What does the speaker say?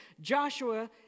Joshua